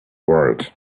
world